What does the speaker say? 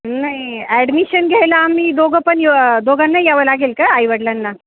नाही ॲडमिशन घ्यायला आम्ही दोघं पण येऊ दोघांना यावं लागेल का आईवडिलांना